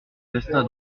resta